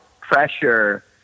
pressure